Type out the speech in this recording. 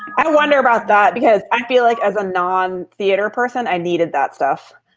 i wonder about that, because i feel like as a non theater person, i needed that stuff.